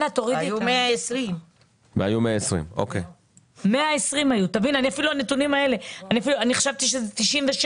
היו 120. 120 היו, אני חשבתי ש-97